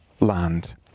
land